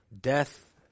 Death